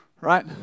right